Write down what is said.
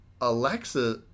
Alexa